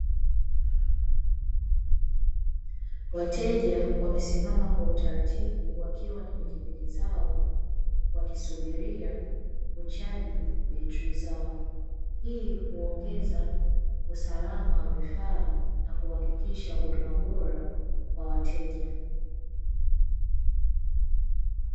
Wateja wamesimama kwa utaratibu, wakiwa na pikipiki zao wakisubiria kuchaji betri zao. Hii huongeza usalama wa vifaa na kuhakikisha huduma bora kwa wateja.